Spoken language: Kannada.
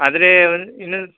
ಆದರೆ ಒಂದು ಇನ್ನೂ